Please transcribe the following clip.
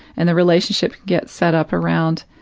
and the relationship gets set up around,